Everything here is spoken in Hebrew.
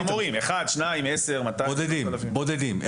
בודדים.